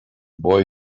boy